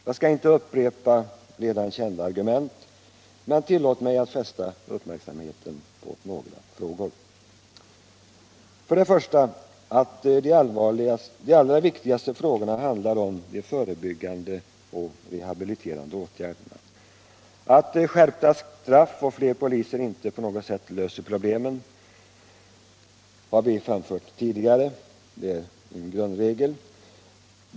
Jag skall inte upprepa redan kända argument, men tillåt mig att fästa uppmärksamheten på några frågor. Till att börja med: De allra viktigaste frågorna handlar om de förebyggande och rehabiliterande åtgärderna. Vi har tidigare framfört att skärpta straff och fler poliser inte på något sätt löser problemen. Det är en grundregel.